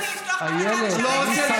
איילת, איילת.